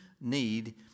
need